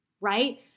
right